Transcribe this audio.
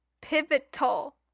pivotal